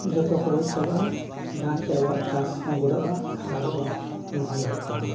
ᱡᱚᱛᱚ ᱠᱚ ᱜᱚᱡ ᱪᱟᱵᱟᱜᱼᱟ ᱡᱟᱦᱟᱸ ᱪᱮᱫ ᱟᱵᱚᱣᱟᱜ ᱪᱟᱥ ᱦᱚᱸ ᱵᱩᱰᱟᱹᱜᱼᱟ ᱟᱨ ᱟᱵᱚᱣᱟᱜ ᱢᱩᱞ ᱦᱚᱸ ᱵᱩᱰᱟᱹᱜ ᱛᱟᱵᱚᱱᱟ